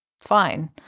fine